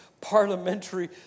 parliamentary